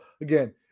again